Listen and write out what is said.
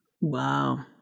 Wow